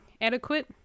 adequate